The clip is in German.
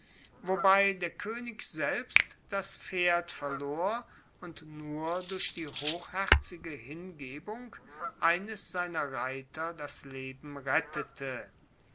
wobei der koenig selbst das pferd verlor und nur durch die hochherzige hingebung eines seiner reiter das leben rettete